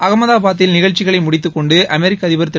அகமதாபதில் நிகழ்ச்சிகளை முடித்துக்கொண்டு அமெரிக்க திரு